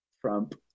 trump